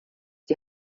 die